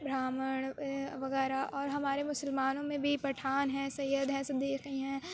براہمن وغیرہ اور ہمارے مسلمانوں میں بھی پٹھان ہیں سید ہیں صدیقی ہیں